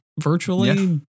virtually